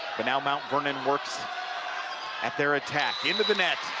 but now mount vernon works at their attack. into the net.